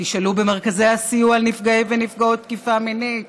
תשאלו במרכזי הסיוע לנפגעי ונפגעות תקיפה מינית,